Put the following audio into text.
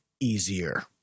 easier